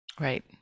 right